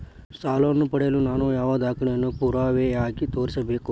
ಸಾಲವನ್ನು ಪಡೆಯಲು ನಾನು ಯಾವ ದಾಖಲೆಗಳನ್ನು ಪುರಾವೆಯಾಗಿ ತೋರಿಸಬೇಕು?